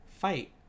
fight